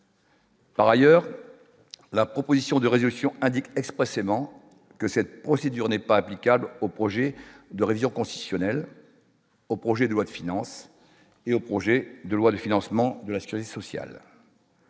Par ailleurs, la proposition de résolution indique expressément que cette procédure n'est pas applicable au projet de révision constitutionnelle au projet de loi de finances et au projet de loi de financement de la sécurité sociale.